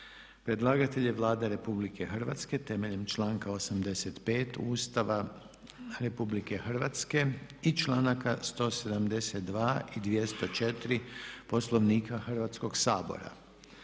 Predlagatelj je Vlada RH temeljem članka 85. Ustava RH i članaka 172. i 204. Poslovnika Hrvatskog sabora.